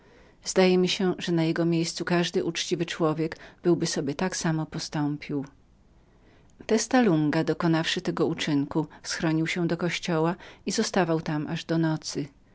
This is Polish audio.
zdaje mi się że na jego miejscu każdy uczciwy człowiek byłby sobie tak samo postąpiłpostąpił testa lunga dokonawszy tego uczynku schronił się do kościoła i zostawał tam aż do nocy